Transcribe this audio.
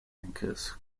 anchors